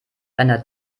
einer